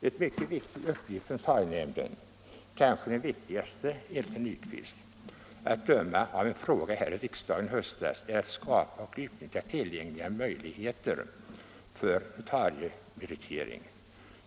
En mycket viktig uppgift för notarienämnden, kanske dess viktigaste enligt herr Nyquist att döma av en fråga här i riksdagen i höstas, är att skapa och utnyttja tillgängligt utrymme för notariemeritering.